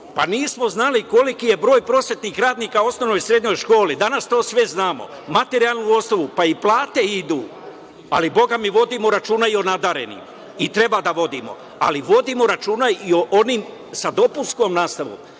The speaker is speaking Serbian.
Nismo znali koliki je broj prosvetnih radnika u osnovnoj i srednjoj školi. Danas to sve znamo. Materijalnu osnovu. Pa i plate idu. Ali, bogami, vodimo računa i o nadarenima. I treba da vodimo. Ali, vodimo računa i o onim sa dopunskom nastavom. Dakle,